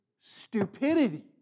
stupidity